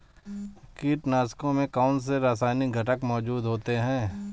कीटनाशकों में कौनसे रासायनिक घटक मौजूद होते हैं?